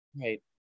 Right